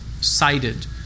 cited